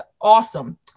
awesome